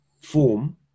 form